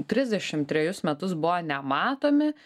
trisdešimt trejus metus buvo nematomi